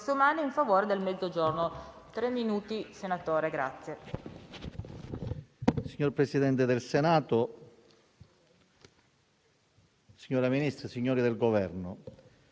umane in favore del Mezzogiorno,